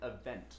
event